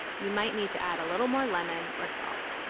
you might need to add little more lemon or salt